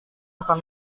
akan